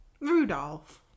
Rudolph